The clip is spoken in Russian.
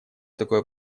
такое